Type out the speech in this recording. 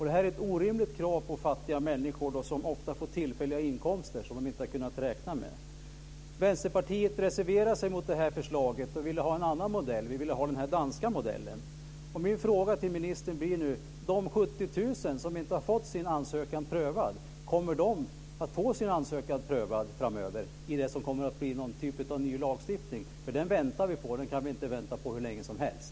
Det är ett orimligt krav på fattiga människor som ofta får tillfälliga inkomster som de inte har kunnat räkna med. Vänsterpartiet reserverade sig mot förslaget och ville ha en annan modell. Vi ville ha den danska modellen. Min fråga till minister blir nu: De ca 70 000 som inte har fått sin ansökan prövad, kommer de att få sin ansökan prövad framöver i det som kommer att bli någon typ av ny lagstiftning? Den väntar vi på, men den kan vi inte vänta på hur länge som helst.